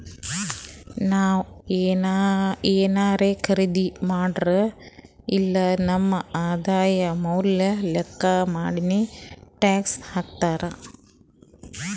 ನಾವ್ ಏನಾರೇ ಖರ್ದಿ ಮಾಡುರ್ ಇಲ್ಲ ನಮ್ ಆದಾಯ ಮ್ಯಾಲ ಲೆಕ್ಕಾ ಮಾಡಿನೆ ಟ್ಯಾಕ್ಸ್ ಹಾಕ್ತಾರ್